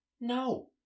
No